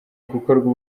gukorwa